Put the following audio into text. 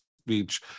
speech